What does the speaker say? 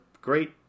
great